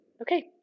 Okay